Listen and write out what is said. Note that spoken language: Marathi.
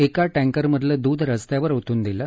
एका टँकरमधलं दूध रस्त्यावर ओतून दिलं